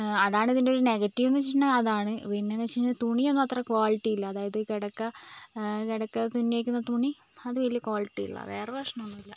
അതാണ് ഇതിന്റെ ഒരു നെഗറ്റീവ് എന്ന് വെച്ചിട്ടുണ്ടെങ്കിൽ അതാണ് പിന്നെ എന്ന് വെച്ചിട്ടുണ്ടെങ്കിൽ തുണിയൊന്നും അത്ര ക്വാളിറ്റി ഇല്ല അതായത് കിടക്ക കിടക്ക തുന്നിയിരിക്കുന്ന തുണി അത് വലിയ ക്വാളിറ്റി ഇല്ല വേറെ പ്രശ്നമൊന്നുമില്ല